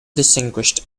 distinguished